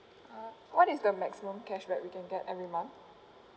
uh what is the maximum cashback we can get every month